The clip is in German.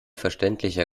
verständlicher